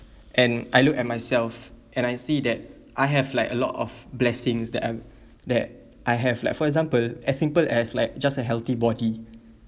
and I look at myself and I see that I have like a lot of blessings that I that I have like for example as simple as like just a healthy body